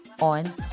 on